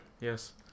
Yes